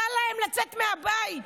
רע להם לצאת מהבית.